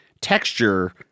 texture